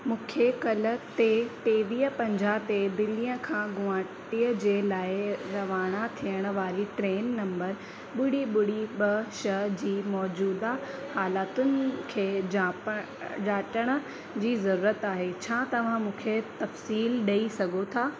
मूंखे कल्ह ते टेवीह पंजाह ते दिल्ली खां गुवाहाटीअ जे लाइ रवाना थियण वारी ट्रेन नंबर ॿुड़ी ॿुड़ी ॿ छह जी मौजूदा हालतुनि खे जापण ॼाणण जी ज़रूरत आहे छा तव्हां मूंखे तफ़सीलु ॾेई सघो था